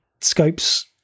Scopes